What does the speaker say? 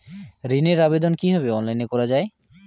ঋনের আবেদন কিভাবে অনলাইনে করা যায়?